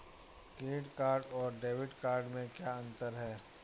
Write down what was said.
Credit card और debit card में क्या अंतर है?